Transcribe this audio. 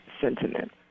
sentiment